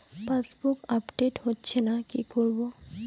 Passbook update হচ্ছেনা কি করবো?